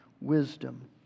wisdom